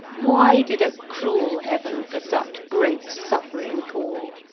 why did a cruel heaven for such great suffering call?